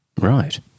Right